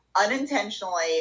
unintentionally